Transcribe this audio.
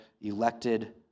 elected